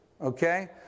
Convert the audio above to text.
Okay